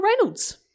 reynolds